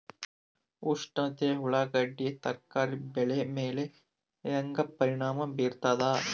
ಉಷ್ಣತೆ ಉಳ್ಳಾಗಡ್ಡಿ ತರಕಾರಿ ಬೆಳೆ ಮೇಲೆ ಹೇಂಗ ಪರಿಣಾಮ ಬೀರತದ?